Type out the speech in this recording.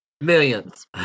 Millions